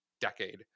decade